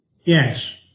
Yes